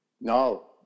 No